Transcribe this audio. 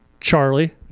Charlie